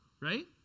right